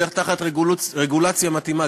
תחת רגולציה מתאימה,